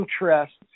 interests